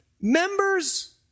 members